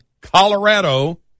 Colorado